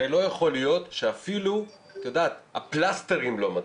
הרי לא יכול להיות שאפילו הפלסטרים לא מדביקים.